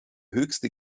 höchste